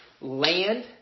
land